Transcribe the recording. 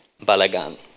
balagan